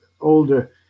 older